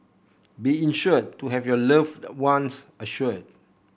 be insured to have your loved ones assured